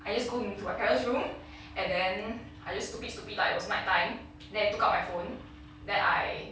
I just go into my parents' room and then I just stupid stupid like it was night time then I took out my phone then I